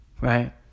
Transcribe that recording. right